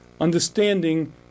understanding